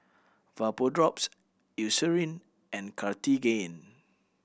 Vapodrops Eucerin and Cartigain